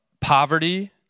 Poverty